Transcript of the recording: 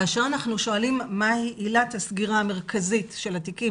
כאשר אנחנו שואלים מהי עילת הסגירה המרכזית של התיקים